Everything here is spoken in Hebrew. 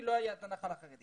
לא היה את הנח"ל החרדי